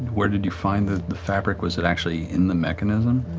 where did you find the the fabric, was it actually in the mechanism?